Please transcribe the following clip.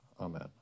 Amen